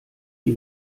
wie